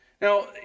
now